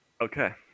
Okay